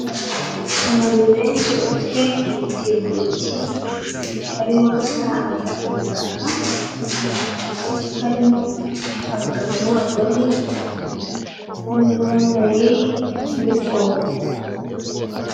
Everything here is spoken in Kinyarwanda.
Abantu benshi bafite ibitiyo mu ntoki barimo gusanza ibitaka, harimo abagabo n'abagore barimo n'abambaye inifomo.